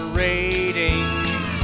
ratings